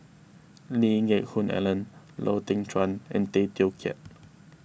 Lee Geck Hoon Ellen Lau Teng Chuan and Tay Teow Kiat